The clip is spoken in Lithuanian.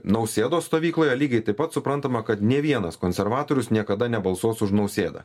nausėdos stovykloje lygiai taip pat suprantama kad nė vienas konservatorius niekada nebalsuos už nausėdą